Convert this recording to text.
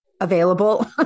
available